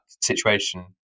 situation